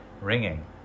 ringing